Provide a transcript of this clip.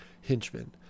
Hinchman